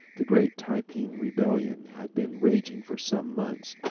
the great tai-ping rebellion had been raging for some months.